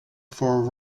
for